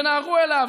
ונהרו אליו,